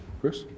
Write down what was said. chris